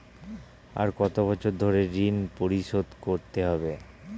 আর কত বছর ধরে ঋণ পরিশোধ করতে হবে?